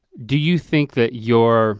do you think that your